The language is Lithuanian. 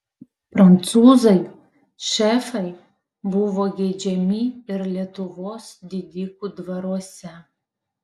prancūzai šefai buvo geidžiami ir lietuvos didikų dvaruose